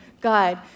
God